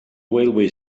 railway